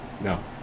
No